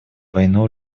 войну